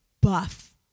buff